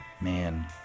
man